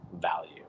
value